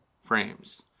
frames